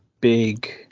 big